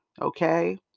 Okay